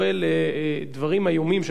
שהייתי מצפה ממך גם לגנות אותם,